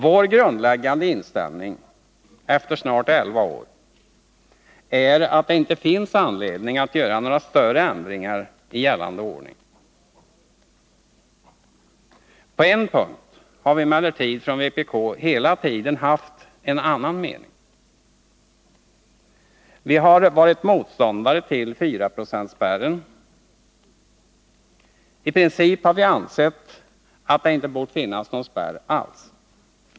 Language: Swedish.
Vår grundläggande inställning, efter snart elva år, är att det inte finns anledning att göra några större ändringar i gällande ordning. På en punkt har vi från vpk emellertid hela tiden haft en annan mening. Vi har varit motståndare till 4-procentsspärren. I princip har vi ansett att det inte borde finnas någon spärr alls.